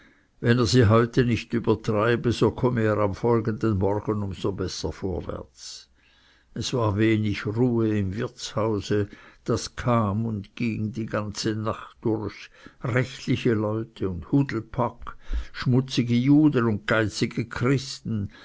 wenn er sie heute nicht übertreibe so komme er am folgenden morgen um so besser vorwärts es war wenig ruhe im wirtshause das kam und ging die ganze nacht durch rechtliche leute und hudelpack schmutzige juden und geizige christen